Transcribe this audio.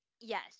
Yes